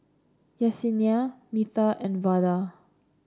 Yessenia Metha and Vada